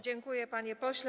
Dziękuję, panie pośle.